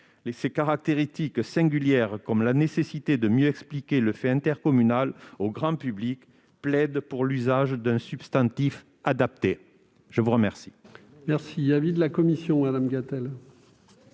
Ces caractéristiques singulières, comme la nécessité de mieux expliquer le fait intercommunal au grand public, plaident pour l'usage d'un substantif adapté. Quel